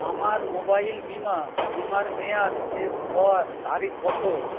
আমার মোবাইল বিমা বিমার মেয়াদ শেষ হওয়ার তারিখ কত